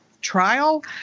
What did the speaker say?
trial